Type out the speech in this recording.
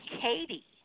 Katie